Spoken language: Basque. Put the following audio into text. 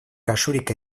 kasurik